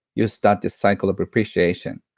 you start this cycle of appreciation,